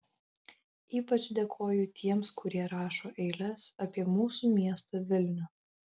ypač dėkoju tiems kurie rašo eiles apie mūsų miestą vilnių